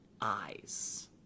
eyes